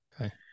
okay